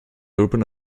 open